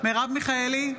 מרב מיכאלי,